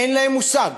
אין להם מושג.